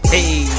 Hey